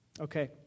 Okay